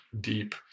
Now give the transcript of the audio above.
deep